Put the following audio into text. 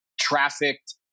trafficked